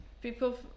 People